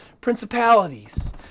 Principalities